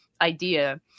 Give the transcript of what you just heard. idea